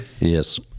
Yes